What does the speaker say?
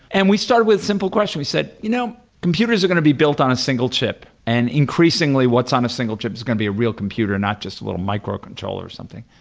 and we started with a simple question. we said, you know, computers are going to be built on a single chip and increasingly what's on a single chip is going to be a real computer, not just a little microcontroller or something.